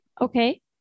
Okay